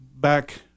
back